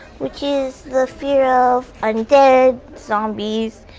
which is the fear of undead. zombies.